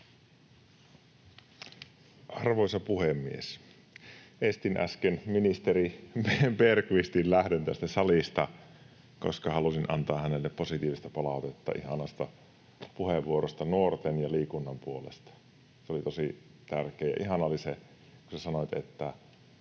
Arvoisa puhemies! Estin äsken ministeri Bergqvistin lähdön tästä salista, koska halusin antaa hänelle positiivista palautetta ihanasta puheenvuorosta nuorten ja liikunnan puolesta. Se oli tosi tärkeä. Ihanaa oli se, kun te sanoitte, että